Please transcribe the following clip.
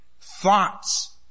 thoughts